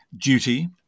duty